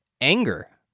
anger